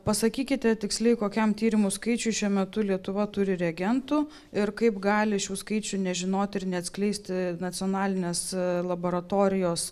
pasakykite tiksliai kokiam tyrimų skaičių šiuo metu lietuva turi reagentų ir kaip gali šių skaičių nežinoti ir neatskleisti nacionalinės laboratorijos